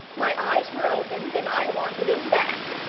my eyes were opened and i wanted em back!